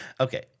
Okay